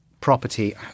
property